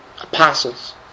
apostles